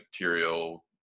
material